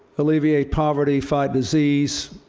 alleviate poverty, fight disease,